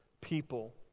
people